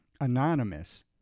anonymous